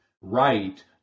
right